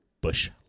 Bush